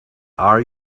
are